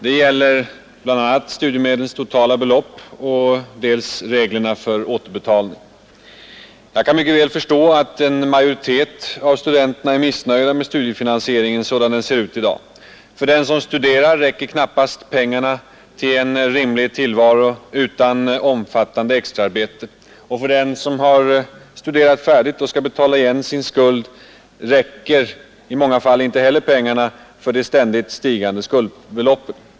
Det gäller dels studiemedlens totala belopp, dels reglerna för återbetalning. Jag kan mycket väl förstå att en majoritet av studenterna är missnöjda med studiefinansieringen sådan den ser ut i dag. För den som studerar räcker knappast pengarna till en dräglig tillvaro utan omfattande extraarbete, och för den som har studerat färdigt och skall betala igen sin skuld räcker pengarna ofta inte för de ständigt stigande skuldbeloppen.